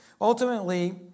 Ultimately